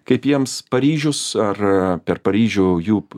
kaip jiems paryžius ar per paryžių jų